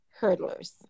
hurdlers